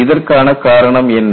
இதற்கான காரணம் என்ன